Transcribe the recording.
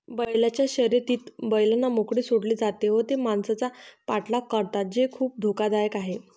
बैलांच्या शर्यतीत बैलांना मोकळे सोडले जाते व ते माणसांचा पाठलाग करतात जे खूप धोकादायक आहे